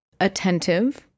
attentive